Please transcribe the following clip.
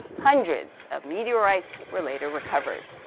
hundreds of meteorites were later recovered.